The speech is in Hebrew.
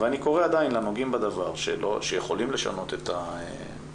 אני קורא עדיין לנוגעים בדבר שיכולים לשנות את ההרכבים,